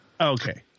Okay